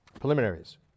preliminaries